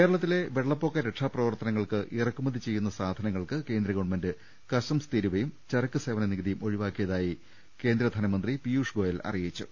കേരളത്തിലെ വെള്ളപ്പൊക്ക രക്ഷാപ്രവർത്തനങ്ങൾക്ക് ഇറക്കു മതി ചെയ്യുന്ന സാധനങ്ങൾക്ക് കേന്ദ്ര ഗവൺമെന്റ് കസ്റ്റംസ് തീരുവ യും ചരക്ക് സേവന നികുതിയും ഒഴിവാക്കിയതായി കേന്ദ്രമന്ത്രി പീയുഷ് ഗോയൽ അറിയിച്ചു